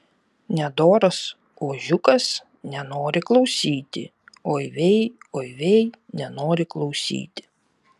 nedoras ožiukas nenori klausyti oi vei oi vei nenori klausyti